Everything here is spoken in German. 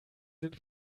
sind